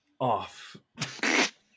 off